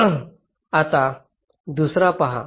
आता दुसरा पहा